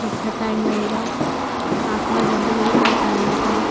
अच्छा टाइम लगेगा आप थोड़ा जल्दी नहीं कर पाएंगे क्या